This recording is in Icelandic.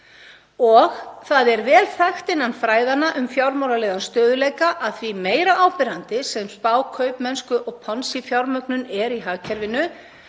Það er vel þekkt innan fræðanna um fjármálalegan stöðugleika að því meira áberandi sem spákaupmennsku- og Ponzi-fjármögnun er í hagkerfinu